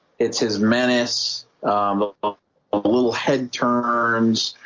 it's his menace but um ah little head turns